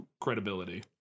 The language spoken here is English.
credibility